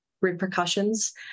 Repercussions